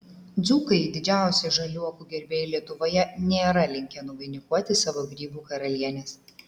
dzūkai didžiausi žaliuokių gerbėjai lietuvoje nėra linkę nuvainikuoti savo grybų karalienės